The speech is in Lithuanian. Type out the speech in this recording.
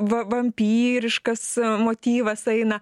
va vampyriškas motyvas eina